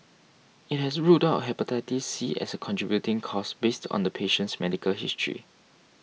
it has ruled out Hepatitis C as a contributing cause based on the patient's medical history